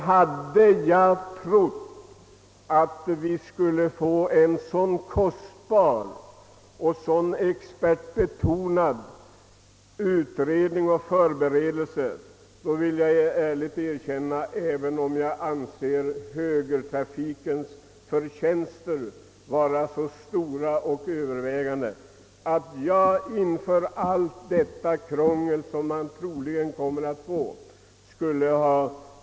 Hade jag trott att vi skulle få en så kostsam och expertbetonad utredning, hade jag ställt mig mycket tveksam till denna omläggning trots att jag anser att högertrafikens vinster är stora.